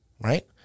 right